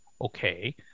Okay